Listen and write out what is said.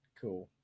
cool